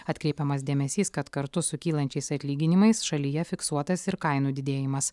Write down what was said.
atkreipiamas dėmesys kad kartu su kylančiais atlyginimais šalyje fiksuotas ir kainų didėjimas